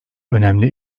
önemli